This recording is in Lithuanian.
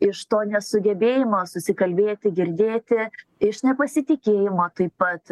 iš to nesugebėjimo susikalbėti girdėti iš nepasitikėjimo taip pat